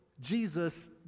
Jesus